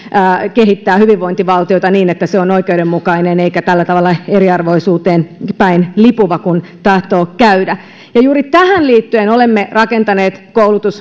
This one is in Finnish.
kehittää hyvinvointivaltiota niin että se on oikeudenmukainen eikä tällä tavalla eriarvoisuuteen päin lipuva kuten tahtoo käydä juuri tähän liittyen olemme rakentaneet